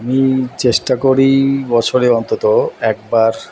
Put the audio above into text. আমি চেষ্টা করি বছরে অন্তত একবার